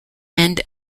end